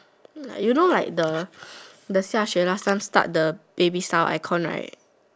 you know like the xiaxue last time start the baby style aircon right